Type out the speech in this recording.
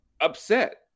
upset